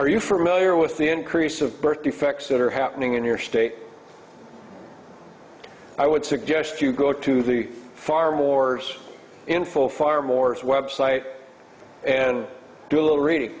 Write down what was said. are you familiar with the increase of birth defects that are happening in your state i would suggest you go to the far more info far more web site and do a little reading